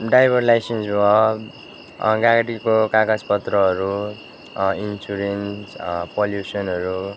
driver licence भयो गाडीको कागज पत्रहरू इन्सुरेन्स पल्युसनहरू